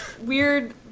weird